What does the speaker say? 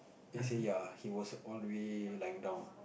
then he say ya he was all the way lying down